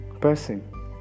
person